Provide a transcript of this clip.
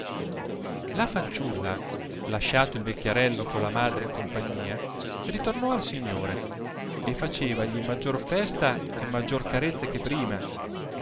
la fanciulla lasciato il vecchiarello con la madre in compagnia ritornò al signore e facevagli maggior festa e maggior carezze che prima